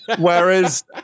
Whereas